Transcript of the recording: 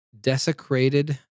desecrated